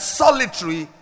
solitary